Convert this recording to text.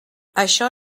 això